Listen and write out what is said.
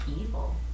evil